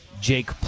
Jake